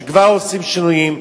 כשכבר עושים שינויים,